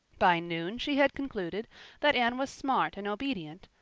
by noon she had concluded that anne was smart and obedient,